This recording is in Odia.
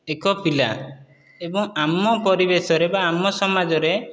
ଏକ ପିଲା ଏବଂ ଆମ ପରିବେଶରେ ବା ଆମ ସମାଜରେ